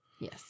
Yes